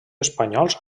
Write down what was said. espanyols